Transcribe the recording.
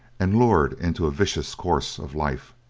and lured into a vicious course of life.